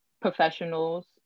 professionals